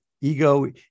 ego